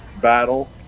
battle